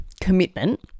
commitment